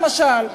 למשל.